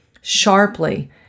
sharply